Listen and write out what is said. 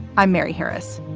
i'm mary harris.